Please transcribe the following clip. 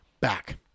back